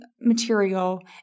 material